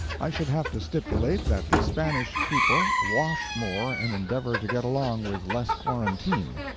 i should have to stipulate that the spanish people wash more and endeavour to get along with less quarantine.